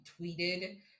tweeted